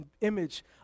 image